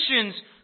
Christians